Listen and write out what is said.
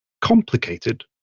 complicated